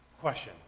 Question